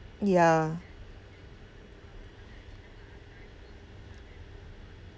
ya